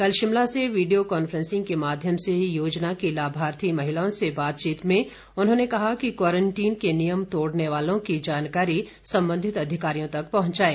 कल शिमला से video conferencing के माध्यम से योजना की लाभार्थी महिलाओं से बातचीत में उन्होंने कहा कि क्वांरटीन के नियम तोड़ने वालों की जानकारी संबंधी अधिकारियों तक पहुंचाएं